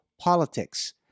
politics